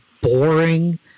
boring